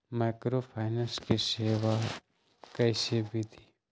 Microfinance के सेवा कइसे विधि?